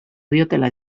diotela